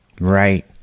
Right